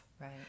right